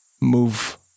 move